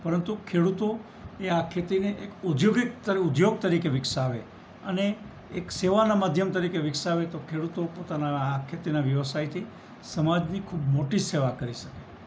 પરંતુ ખેડૂતો એ આ ખેતીને એક ઔધ્યોગિક ઉદ્યોગ તરીકે વિકસાવે અને એક સેવાનાં માધ્યમ તરીકે વિકસાવે તો ખેડૂતો પોતાના આ ખેતીનાં વ્યવસાયથી સમાજની ખૂબ મોટી સેવા કરી શકે